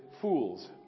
fools